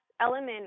element